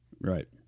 Right